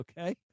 okay